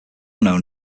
known